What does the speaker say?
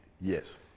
Yes